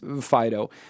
Fido